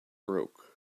broke